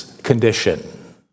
condition